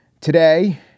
Today